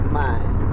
mind